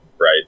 right